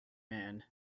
man